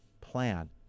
plan